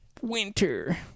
Winter